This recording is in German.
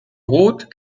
rot